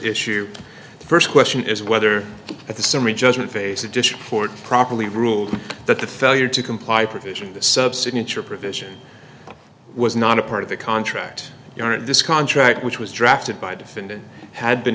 issue the first question is whether at the summary judgment face additional court properly ruled that the failure to comply provision the sub signature provision was not a part of the contract you are in this contract which was drafted by defendant had